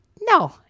No